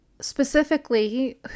specifically